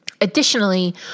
Additionally